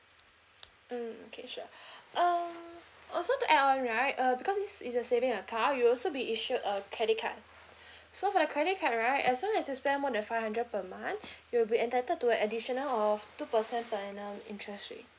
mm okay sure um also to add on right uh because this is a saving account you'll also be issued a credit card so for the credit card right as long as you spend more than five hundred per month you'll be entitled to a additional of two percent per annum interest rate